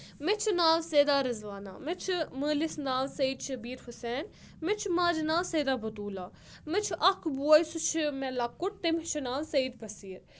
مےٚ چھُ ناو سیدا رِضوانا مےٚ چھُ مٲلِس ناو سٔید شٔبیٖر حُسین مےٚ چھُ ماجہِ ناو سیدا بطوٗلا مےٚ چھُ اکھ بوے سُہ چھُ مےٚ لۄکُٹ تٔمِس چھُ ناو سٔید بٔصیٖر